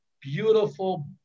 beautiful